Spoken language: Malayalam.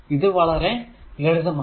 ഇത് വളറെ ലളിതമാണ്